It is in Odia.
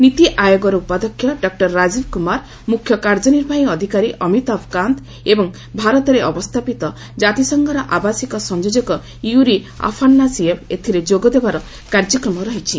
ନୀତି ଆୟୋଗର ଉପାଧ୍ୟକ୍ଷ ଡକ୍ଟର ରାଜୀବ୍ କୁମାର ମୁଖ୍ୟ କାର୍ଯ୍ୟନିର୍ବାହୀ ଅଧିକାରୀ ଅମିତାଭ୍ କାନ୍ତ ଏବଂ ଭାରତରେ ଅବସ୍ଥାପିତ ଜାତିସଂଘର ଆବାସିକ ସଂଯୋଜକ ୟ୍ୟୁରି ଆଫାନ୍ନାସିଏଭ୍ ଏଥିରେ ଯୋଗ ଦେବାର କାର୍ଯ୍ୟକ୍ରମ ରହିଛି